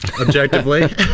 objectively